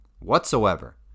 Whatsoever